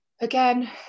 again